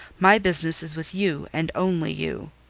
my business is with you, and only you.